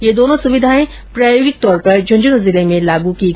यह दोनों सुविधाएं प्रायोगिक तौर पर झुंझुनूं जिले में लागू की गई है